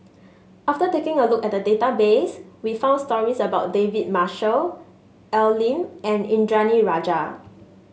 after taking a look at the database we found stories about David Marshall Al Lim and Indranee Rajah